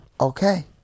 Okay